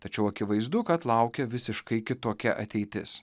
tačiau akivaizdu kad laukia visiškai kitokia ateitis